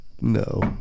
No